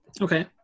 Okay